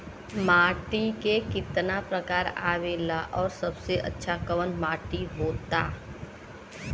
माटी के कितना प्रकार आवेला और सबसे अच्छा कवन माटी होता?